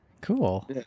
Cool